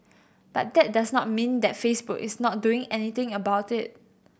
but that does not mean that Facebook is not doing anything about it